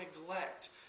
neglect